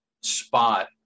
spot